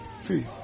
see